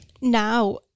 now